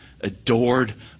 adored